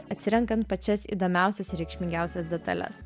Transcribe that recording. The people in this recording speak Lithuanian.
atsirenkant pačias įdomiausias ir reikšmingiausias detales